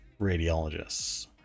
radiologists